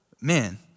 Man